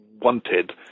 wanted